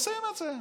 הם עושים את זה.